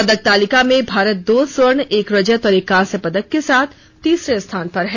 पदक तालिका में भारत दो स्वर्ण एक रजत और एक कांस्य पदक के साथ तीसरे स्थान पर है